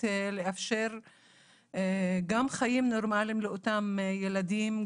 לאפשר גם חיים נורמליים לאותם ילדים,